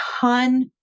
ton